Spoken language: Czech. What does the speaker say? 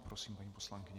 Prosím, paní poslankyně.